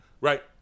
Right